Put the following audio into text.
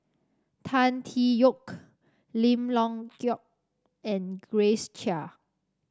Tan Tee Yoke Lim Leong Geok and Grace Chia